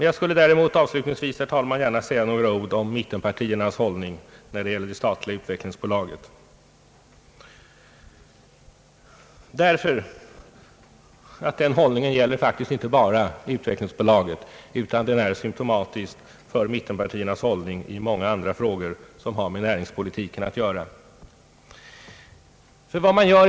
Jag skulle däremot, herr talman, avslutningsvis gärna vilja säga några ord om mittenpartiernas hållning till det statliga utvecklingsbolaget, därför att den hållningen faktiskt inte bara gäller utvecklingsbolaget, utan den är sym tomatisk för mittenpartiernas hållning i många andra frågor som har med näringspolitiken att göra.